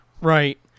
Right